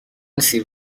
سیر